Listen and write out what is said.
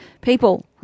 people